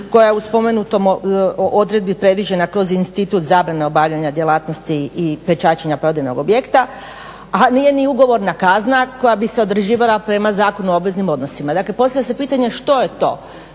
koja je u spomenutoj odredbi predviđena kroz institut zabrane obavljanja djelatnosti i pečaćenja pojedinog objekta a nije ni ugovorna kazna koja bi se određivala prema Zakonu o obveznim odnosima. Dakle, postavlja se pitanje što je to.